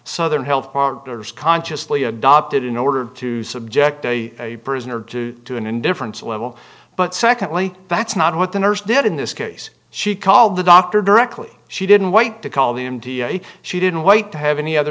southern health partners consciously adopted in order to subject a prisoner to to an indifference level but secondly that's not what the nurse did in this case she called the doctor directly she didn't white to call the m t a she didn't wait to have any other